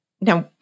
Now